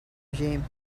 regime